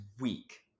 week